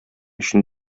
өчен